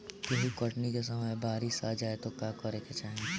गेहुँ कटनी के समय बारीस आ जाए तो का करे के चाही?